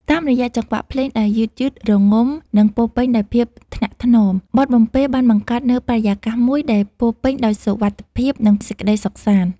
តាមរយៈចង្វាក់ភ្លេងដែលយឺតៗ រងំ និងពោរពេញដោយភាពថ្នាក់ថ្នម បទបំពេបានបង្កើតនូវបរិយាកាសមួយដែលពោរពេញដោយសុវត្ថិភាព និងសេចក្ដីសុខសាន្ត